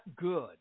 good